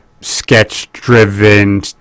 sketch-driven